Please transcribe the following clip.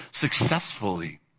successfully